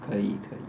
可以可以